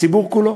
הציבור כולו.